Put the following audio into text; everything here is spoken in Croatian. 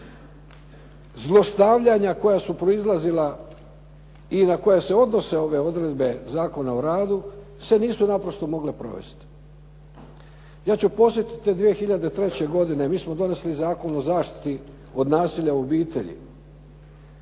zlostavljanja koja su proizlazila i na koja se odnose ove odredbe Zakona o radu se nisu naprosto mogle provesti. Ja ću podsjetiti, te 2003. godine mi smo donesli Zakon o zaštiti od nasilja u obitelji.